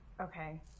Okay